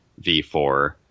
V4